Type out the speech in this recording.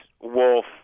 wolf